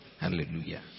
Hallelujah